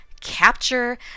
Capture